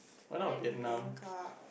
I like Bangkok